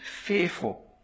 fearful